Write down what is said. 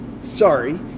sorry